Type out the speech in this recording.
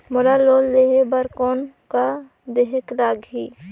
मोला लोन लेहे बर कौन का देहेक लगही?